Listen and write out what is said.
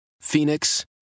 Phoenix